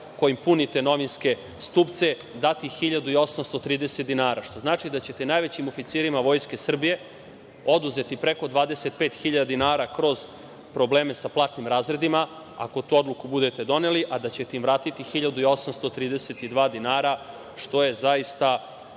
kojim punite novinske stupce dati 1.830 dinara što znači da ćete najvećim oficirima Vojske Srbije oduzeti preko 25.000 dinara kroz probleme sa platnim razredima. Ako tu odluku budete doneli, a da ćete im vratiti 1.832 dinara, što je zaista